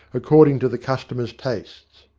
according to the customer's taste.